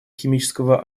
химического